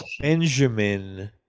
Benjamin